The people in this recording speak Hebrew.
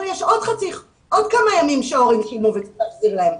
יש עוד כמה ימים שההורים שילמו וצריך להחזיר להם.